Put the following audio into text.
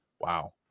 Wow